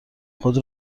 خود